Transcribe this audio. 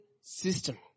system